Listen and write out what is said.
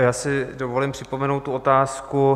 Já si dovolím připomenout tu otázku.